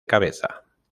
cabeza